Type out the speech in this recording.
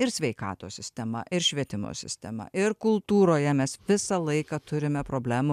ir sveikatos sistema ir švietimo sistema ir kultūroje mes visą laiką turime problemų